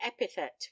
epithet